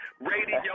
Radio